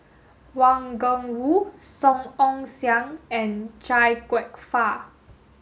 Wang Gungwu Song Ong Siang and Chia Kwek Fah